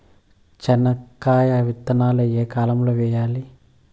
చెనక్కాయ విత్తనాలు ఏ కాలం లో వేయాలి?